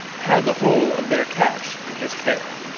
had the whole of their cash in his care.